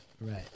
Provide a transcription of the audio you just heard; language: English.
Right